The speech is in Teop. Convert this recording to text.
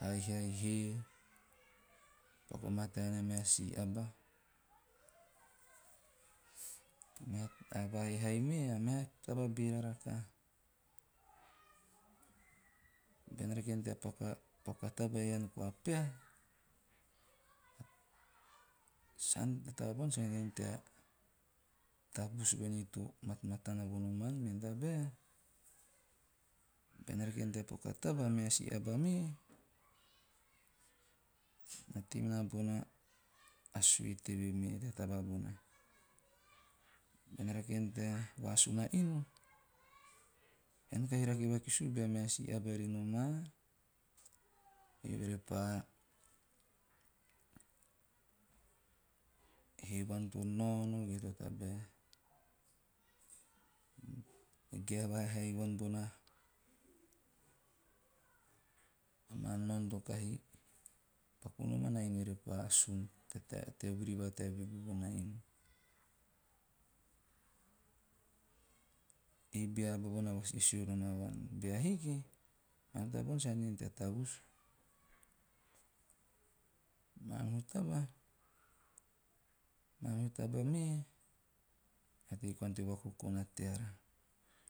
Haihai hee, paku vamataa nia meha si aba. A va haihai he a meha taba a beera rakaha. Bean rake nom tea paku a taba ean haana tea tavusu voen to matmatana vo noman men tabae, bean rake nom tea paku a taba a meha si aba me na tei minana bona sue teve me tea taba bona. Bean rake nom tea paku a taba ean koa pehaa, sa, taba bona sa ante haana tea tavusu voen to matmatana vo noman men tabal, bean rake nom tea paku a taba a meha si aba me na tei minana bona sue teve me tea taba bona. Bean rake nom tea vasun a inu, ean kahi rake vakisiu bea meha si aba re noma, eove repa he vuan to naono to kahi paku noman a inu repa sun tea vuri va tea vigu bona inu, ei bea aba bona vasisio nom avuan. Bea hiki kaen taba bona saka ante haana tea tavus. Mamihu taba me na tei koana tea vakokona teara,